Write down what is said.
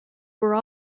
were